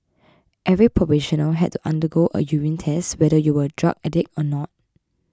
every probationer had to undergo a urine test whether you were a drug addict or not